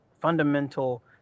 fundamental